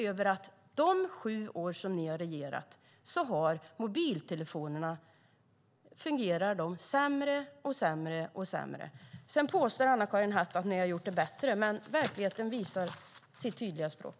Under de sju år som ni har regerat har mobiltelefonerna börjat fungera sämre och sämre. Sedan påstår Anna-Karin Hatt att ni har gjort det bättre, men verkligheten talar sitt tydliga språk.